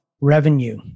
revenue